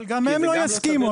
אבל גם הם לא יסכימו.